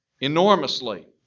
enormously